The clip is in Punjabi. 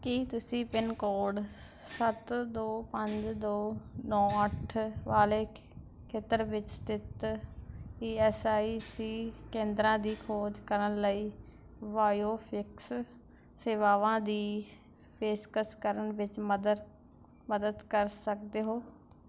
ਕੀ ਤੁਸੀਂ ਪਿੰਨ ਕੋਡ ਸੱਤ ਦੋ ਪੰਜ ਦੋ ਨੌਂ ਅੱਠ ਵਾਲੇ ਖੇਤਰ ਵਿੱਚ ਸਥਿਤ ਈ ਐਸ ਆਈ ਸੀ ਕੇਂਦਰਾਂ ਦੀ ਖੋਜ ਕਰਨ ਲਈ ਬਾਇਓਫਿਕਸ ਸੇਵਾਵਾਂ ਦੀ ਪੇਸ਼ਕਸ਼ ਕਰਨ ਵਿੱਚ ਮਦਰ ਮਦਦ ਕਰ ਸਕਦੇ ਹੋ